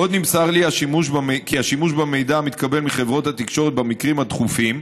עוד נמסר לי כי השימוש במידע המתקבל מחברות התקשורת במקרים הדחופים,